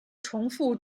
重复